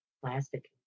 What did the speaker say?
Plastic